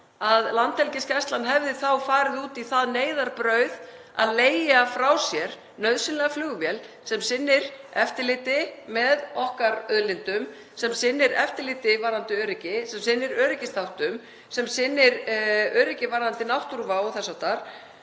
að Landhelgisgæslan hefði þá farið út í það neyðarbrauð að leigja frá sér nauðsynlega flugvél sem sinnir eftirliti með okkar auðlindum, sem sinnir eftirliti varðandi öryggi, sem sinnir öryggisþáttum, sem sinnir öryggi varðandi náttúruvá og þess háttar